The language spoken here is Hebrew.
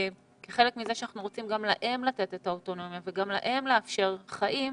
כחלק מזה שאנחנו רוצים גם להם לתת את האוטונומיה וגם להם לאפשר חיים,